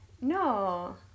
no